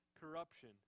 corruption